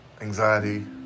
anxiety